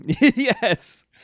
Yes